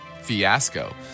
fiasco